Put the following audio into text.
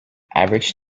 average